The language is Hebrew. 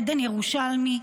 עדן ירושלמי,